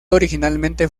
originalmente